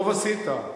טוב עשית.